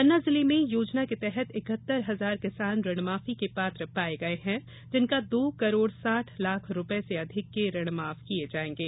पन्ना जिले में योजना के तहत इकहत्तर हजार किसान ऋणमाफी के पात्र पाये गये हैं जिनका दो करोड़ साठ लाख रुपये से अधिक के ऋण माफ किये जायेंगे